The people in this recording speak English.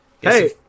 Hey